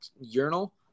urinal